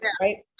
right